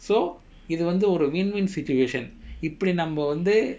so இது வந்து ஒரு:ithu vanthu oru win win situation இப்புடி நம்மோ வந்து:ippudi nammo vanthu